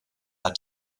hat